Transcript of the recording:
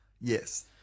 Yes